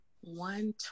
One